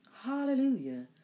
Hallelujah